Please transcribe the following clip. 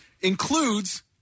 includes